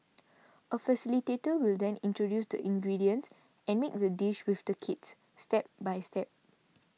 a facilitator will then introduce the ingredients and make the dish with the kids step by step